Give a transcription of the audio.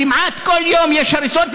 כמעט כל יום יש הריסות,